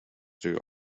their